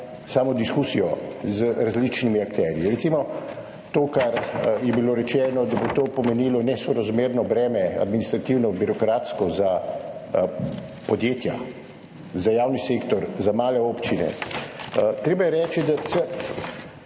samo diskusijo z različnimi akterji. Recimo to, ko je bilo rečeno, da bo to pomenilo nesorazmerno breme, administrativno, birokratsko, za podjetja, za javni sektor, za male občine. Treba je reči, da to